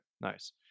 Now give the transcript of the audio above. Nice